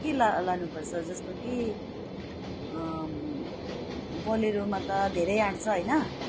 के ला लानु पर्छ जस्तो कि बुलेरोमा त धेरै आँट्छ होइन